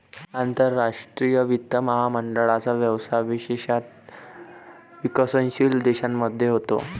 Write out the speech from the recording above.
आंतरराष्ट्रीय वित्त महामंडळाचा व्यवसाय विशेषतः विकसनशील देशांमध्ये होतो